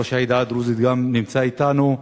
ראש העדה הדרוזית גם נמצא אתנו,